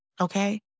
Okay